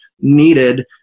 needed